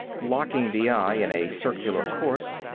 locking the eye in a circular course,